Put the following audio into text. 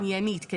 עניינית,